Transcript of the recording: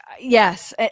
Yes